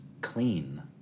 clean